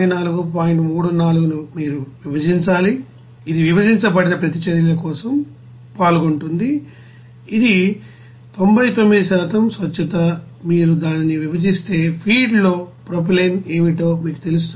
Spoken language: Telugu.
34 ను మీరు విభజించాలి ఇది విభజించబడిన ప్రతిచర్యల కోసం పాల్గొంటుంది ఇది 99 స్వచ్ఛతమీరు దానిని విభజిస్తే ఫీడ్లో ప్రొపైలిన్ ఏమిటో మీకు తెలుస్తుంది